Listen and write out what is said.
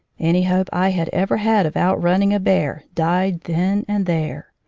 any hope i had ever had of outrun ning a bear died then and there.